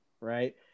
right